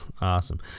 awesome